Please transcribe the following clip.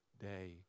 day